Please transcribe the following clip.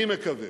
אני מקווה